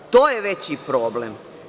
To je veći problem.